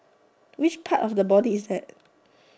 which part of the body is that